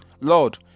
lord